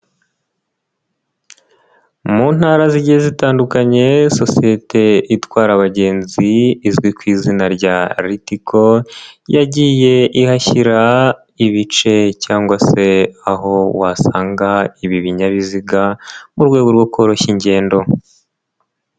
Mu ntara zigiye zitandukanye sosiyete itwara abagenzi izwi ku izina rya Ritiko yagiye ihashyira ibice cyangwa se aho wasanga ibi binyabiziga mu rwego rwo koroshya ingendo.